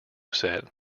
set